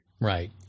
Right